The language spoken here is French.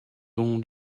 dont